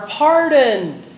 pardoned